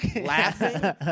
laughing